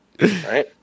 Right